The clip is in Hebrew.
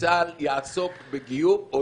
שצה"ל יעסוק בגיור.